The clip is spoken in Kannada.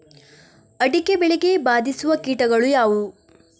ಅಡಿಕೆ ಬೆಳೆಗೆ ಬಾಧಿಸುವ ಕೀಟಗಳು ಯಾವುವು?